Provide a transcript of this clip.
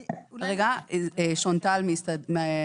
אני, אולי --- רגע, שונטל מההסתדרות.